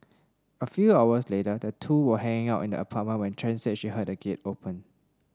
a few hours later the two were hanging out in the apartment when Chen said she heard a gate open